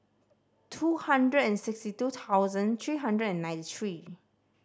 two hundred and sixty two thousand three hundred and ninety three